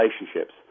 relationships